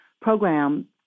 program